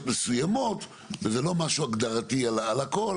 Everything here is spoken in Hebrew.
מסוימות וזה לא משהו הגדרתי על הכל,